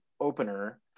opener